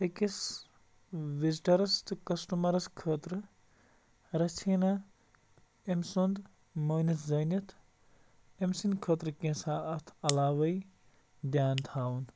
أکِس وِزٹَرَس تہٕ کَسٹٕمَرَس خٲطرٕ رَژھِ ہینا أمۍ سُٛنٛد مٲنِتھ زٲنِتھ أمۍ سٕنٛدِ خٲطرٕ کیٛنٛژھا اَتھ علاوَے دھیان تھاوُن